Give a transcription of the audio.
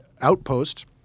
outpost